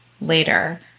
later